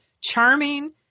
charming